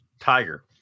tiger